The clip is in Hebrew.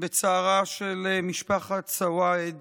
בצערה של משפחת סואעד